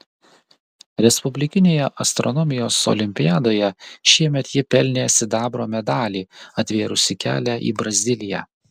respublikinėje astronomijos olimpiadoje šiemet ji pelnė sidabro medalį atvėrusį kelią į braziliją